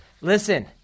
listen